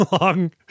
long